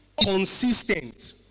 Consistent